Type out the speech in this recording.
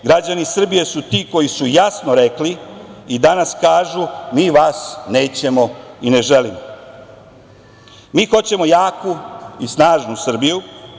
Građani Srbije su ti koji su jasno rekli i danas kažu - mi vas nećemo i ne želimo, mi hoćemo jaku i snažnu Srbiju.